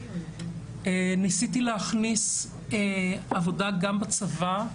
ניסיתי להכניס עבודה גם בצבא,